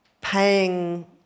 paying